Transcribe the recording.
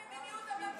מדיניות הממשלה,